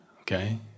okay